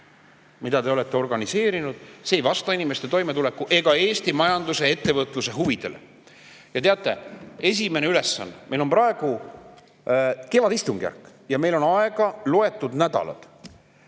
mida te olete organiseerinud, ei vasta inimeste toimetuleku- ega Eesti majanduse ja ettevõtluse huvidele. Teate, esimene ülesanne – meil on praegu kevadistungjärk ja meil on aega loetud nädalad